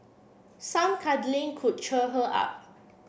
some cuddling could cheer her up